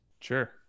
Sure